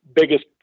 biggest